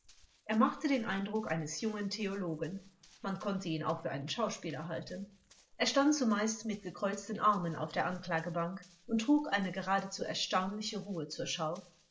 er machte den eindruck eines jungen theologen man konnte ihn auch für einen schauspieler halten er stand zumeist mit gekreuzten armen auf der anklagebank und trug eine geradezu erstaunliche ruhe zur schau